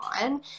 on